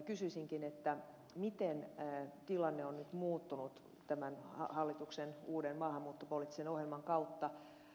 kysyisinkin miten tilanne on nyt muuttunut tämän hallituksen uuden maahanmuuttopoliittisen ohjelman kautta